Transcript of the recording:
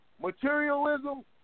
Materialism